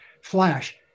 flash